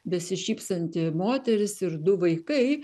besišypsanti moteris ir du vaikai